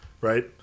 Right